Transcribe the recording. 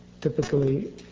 typically